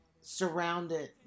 surrounded